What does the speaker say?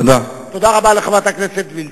תודה רבה לחברת הכנסת וילף.